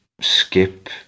skip